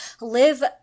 live